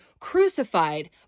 crucified